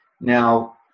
Now